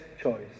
choice